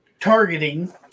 targeting